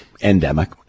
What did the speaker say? endemic